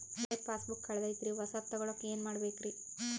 ಹಳೆ ಪಾಸ್ಬುಕ್ ಕಲ್ದೈತ್ರಿ ಹೊಸದ ತಗೊಳಕ್ ಏನ್ ಮಾಡ್ಬೇಕರಿ?